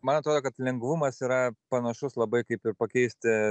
man atrodo kad lengvumas yra panašus labai kaip ir pakeisti